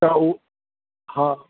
त हू हा